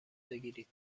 بگیرید